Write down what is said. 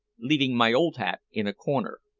leaving my old hat in a corner.